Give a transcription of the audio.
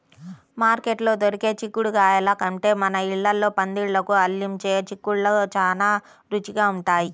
మార్కెట్లో దొరికే చిక్కుడుగాయల కంటే మన ఇళ్ళల్లో పందిళ్ళకు అల్లించే చిక్కుళ్ళు చానా రుచిగా ఉంటయ్